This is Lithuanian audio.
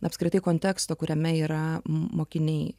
apskritai konteksto kuriame yra mokiniai